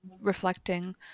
reflecting